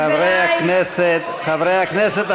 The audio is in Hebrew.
חברי הכנסת,